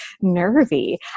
nervy